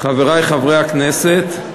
חברי חברי הכנסת,